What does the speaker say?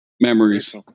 memories